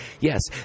yes